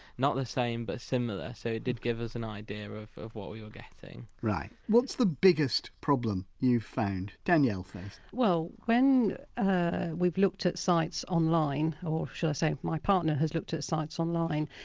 not the same but similar, so it did give us an idea of of what we were getting right. what's the biggest problem you've found? danielle, first well when ah we've looked at sites online, or should i say my partner has looked at sites online,